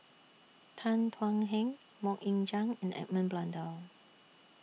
Tan Thuan Heng Mok Ying Jang and Edmund Blundell